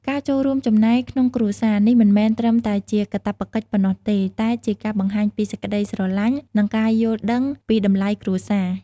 ការចូលរួមចំណែកក្នុងគ្រួសារ នេះមិនមែនត្រឹមតែជាកាតព្វកិច្ចប៉ុណ្ណោះទេ តែជាការបង្ហាញពីសេចក្តីស្រឡាញ់ និងការយល់ដឹងពីតម្លៃគ្រួសារ។